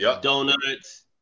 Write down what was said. donuts